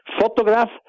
photograph